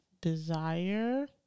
desire